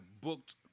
booked –